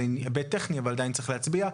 זהו היבט טכני אבל עדיין צריך להצביע.